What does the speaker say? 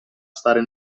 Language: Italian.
stare